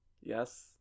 Yes